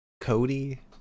cody